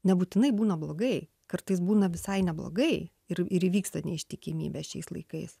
nebūtinai būna blogai kartais būna visai neblogai ir ir įvyksta neištikimybė šiais laikais